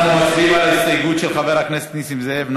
אנחנו מצביעים על ההסתייגות של חבר הכנסת נסים זאב.